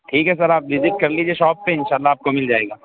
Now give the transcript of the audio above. ٹھیک ہے سر آپ وزٹ کر لیجیے شاپ پہ انشاء اللہ آپ کو مل جائے گی